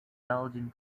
belgian